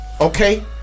Okay